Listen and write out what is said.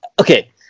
okay